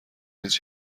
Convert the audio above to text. نیز